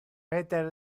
peter